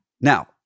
Now